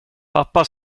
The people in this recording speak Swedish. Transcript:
pappa